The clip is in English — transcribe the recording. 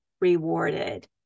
rewarded